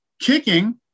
kicking